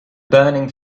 burning